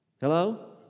Hello